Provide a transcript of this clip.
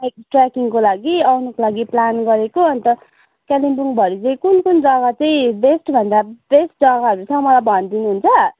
ट्रयाकिङको लागि आउनुको लागि प्लान गरेको अन्त कालिम्पोङभरि चाहिँ कुन कुन जग्गा चाहिँ बेस्टभन्दा बेस्ट जग्गाहरू छ मलाई भनिदिनुहुन्छ